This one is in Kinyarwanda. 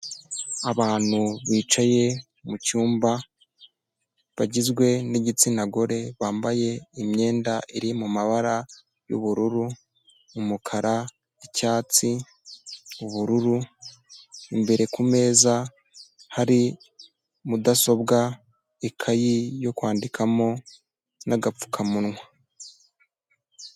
Abantu bicaye mu cyumba bagizwe n'igitsina gore bambaye imyenda iri mu mabara y'ubururu, umukara, icyatsi, ubururu, imbere kumeza hari mudasobwa, ikaye yo kwandikamo n'agapfukamunwa.